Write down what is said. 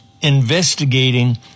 investigating